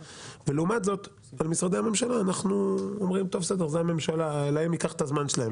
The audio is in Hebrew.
ולעומת זאת על משרדי הממשלה אנחנו אומרים שלהם ייקח הזמן שלהם.